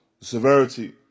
Severity